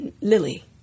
Lily